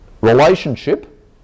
relationship